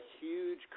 huge